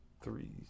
three